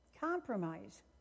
Compromise